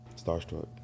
Starstruck